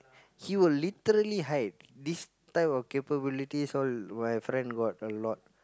he will literally hide this type of capabilities all my friend got a lot